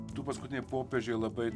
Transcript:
du paskutiniai popiežiai labai